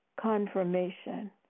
Confirmation